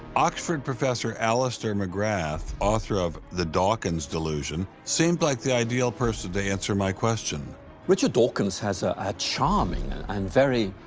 oxford professor alister mcgrath, author of the dawkins delusion, seemed like the ideal person to answer my question. mcgrath richard dawkins has a charming and very,